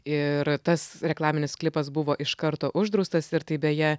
ir tas reklaminis klipas buvo iš karto uždraustas ir tai beje